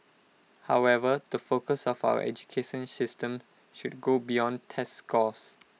however the focus of our education system should go beyond test scores